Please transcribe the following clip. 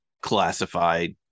classified